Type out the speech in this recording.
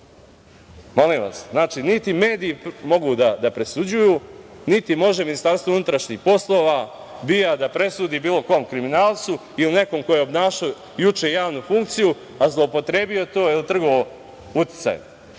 to. Molim vas, znači, niti mediji mogu da presuđuju, niti može Ministarstvo unutrašnjih poslova, BIA da presudi bilo kom kriminalcu ili nekome ko je obnašao juče javnu funkciju, a zloupotrebio to jer je trgovao uticajem